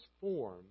form